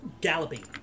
galloping